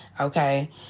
okay